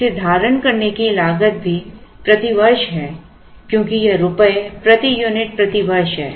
इसे धारण करने की लागत भी प्रति वर्ष है क्योंकि यह रुपये प्रति यूनिट प्रति वर्ष है